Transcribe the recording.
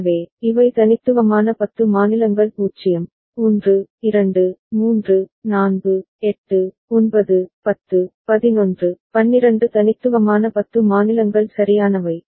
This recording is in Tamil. எனவே இவை தனித்துவமான பத்து மாநிலங்கள் 0 1 2 3 4 8 9 10 11 12 தனித்துவமான 10 மாநிலங்கள் சரியானவை